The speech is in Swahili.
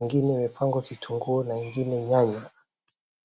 iingi imepangwa kitungu na ingine nyanya.